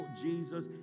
Jesus